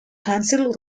council